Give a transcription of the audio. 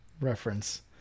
reference